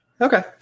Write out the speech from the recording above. Okay